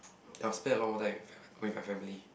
I'll spend a lot more time with my family